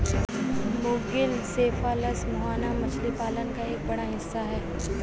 मुगिल cephalus मुहाना मछली पालन का एक बड़ा हिस्सा है